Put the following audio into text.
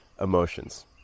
emotions